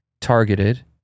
targeted